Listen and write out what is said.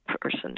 person